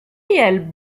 kiel